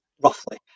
roughly